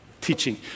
teaching